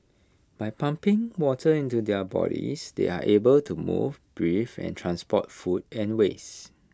by pumping water into their bodies they are able to move breathe and transport food and waste